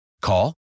Call